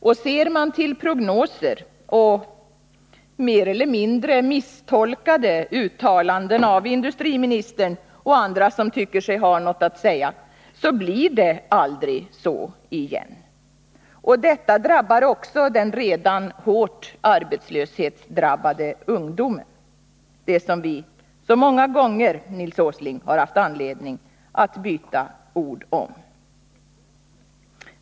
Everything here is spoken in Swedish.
Och ser man till prognoser och mer eller mindre misstolkade uttalanden av industriministern och andra, som tycker sig ha något att säga, finner man att det heller aldrig blir så igen. Detta drabbar också den redan hårt arbetslöshetsdrabbade ungdomen, som vi så många gånger, Nils Åsling, har haft anledning att byta ord om.